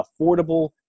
affordable